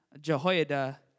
Jehoiada